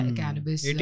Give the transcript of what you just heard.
cannabis